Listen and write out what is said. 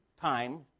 time